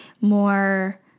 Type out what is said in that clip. more